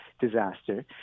disaster